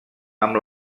amb